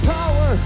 power